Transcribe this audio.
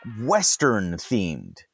Western-themed